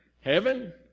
Heaven